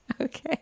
Okay